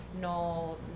no